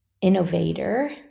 innovator